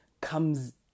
comes